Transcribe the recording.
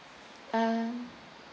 ah